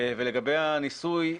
לגבי הניסוי,